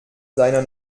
seiner